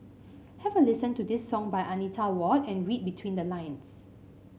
have a listen to this song by Anita Ward and read between the lines